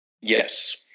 Yes